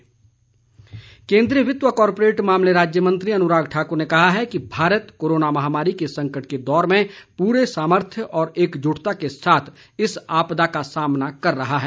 अनुराग ठाकुर केंद्रीय वित्त य कॉरपोरेट मामले राज्य मंत्री अनुराग ठाकुर ने कहा है कि भारत कोरोना महामारी के संकट के दौर में पूरे सामर्थ्य और एकजुटता के साथ इस आपदा का सामना कर रहा है